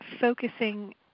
focusing